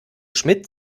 schmidt